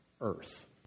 earth